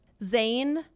Zayn